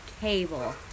cable